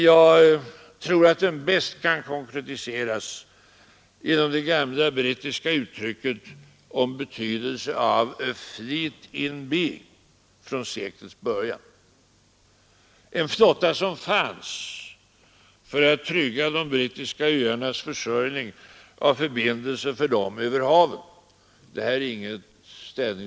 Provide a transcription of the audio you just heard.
Jag tror att den bäst konkretiseras genom den gamla brittiska satsen om betydelsen av ”a fleet in being”, en flotta som fanns för att trygga de brittiska öarnas försörjning genom förbindelser över haven.